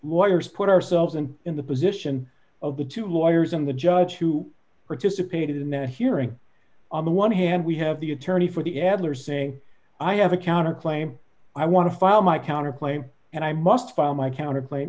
lawyers put ourselves and in the position of the two lawyers and the judge who participated in that hearing on the one hand we have the attorney for the adler say i have a counter claim i want to file my counter claim and i must file my counter claim